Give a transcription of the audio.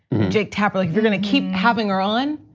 jake tapper, like if you're gonna keep having her on,